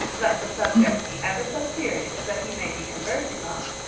let the subject be ever so serious that he may be conversing on,